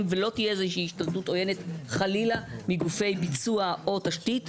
ולא תהיה איזושהי השתלטות עוינת חלילה מגופי ביצוע או תשתית,